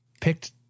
picked